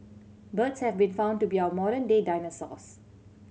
birds have been found to be our modern day dinosaurs